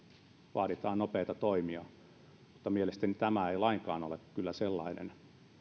vaaditaan nopeita toimia mutta mielestäni tämä ei kyllä ole lainkaan sellainen